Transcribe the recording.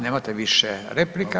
Nemate više replika.